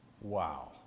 Wow